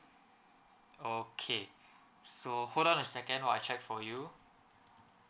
okay so hold on a second while I check for you